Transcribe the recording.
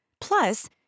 Plus